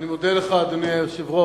אני מודה לך, אדוני היושב-ראש.